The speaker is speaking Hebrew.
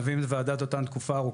לקבל שירות אין ניידת שתיתן לו מענה.